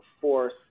force